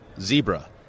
zebra